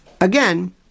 Again